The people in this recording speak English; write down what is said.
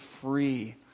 free